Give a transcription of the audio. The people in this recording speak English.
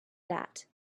that